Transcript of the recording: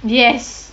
yes